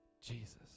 Jesus